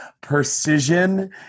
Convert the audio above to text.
precision